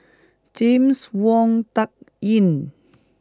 James Wong Tuck Yim